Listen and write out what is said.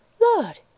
Lord